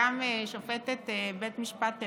גם שופטת בית משפט עליון,